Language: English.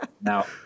Now